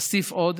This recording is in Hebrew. אוסיף עוד